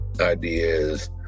ideas